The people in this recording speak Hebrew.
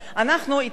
אנחנו התנגדנו,